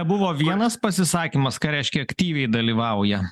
buvo vienas pasisakymas ką reiškia aktyviai dalyvauja